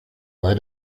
bei